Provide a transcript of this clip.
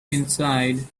inside